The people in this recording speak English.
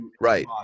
Right